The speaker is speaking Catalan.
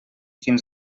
fins